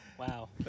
Wow